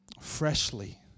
Freshly